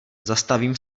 zastavím